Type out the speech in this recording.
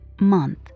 month